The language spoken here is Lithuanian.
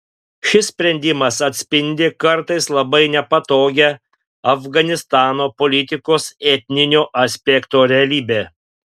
šis sprendimas atspindi kartais labai nepatogią afganistano politikos etninio aspekto realybę